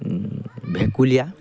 ভেকুলীয়া